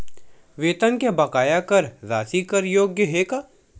वेतन के बकाया कर राशि कर योग्य हे का?